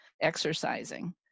exercising